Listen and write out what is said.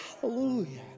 Hallelujah